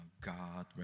God